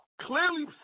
clearly